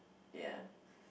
ya